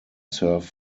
serve